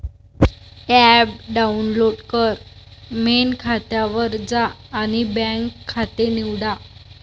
app download कर, main खात्यावर जा आणि बँक खाते निवडा